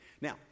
now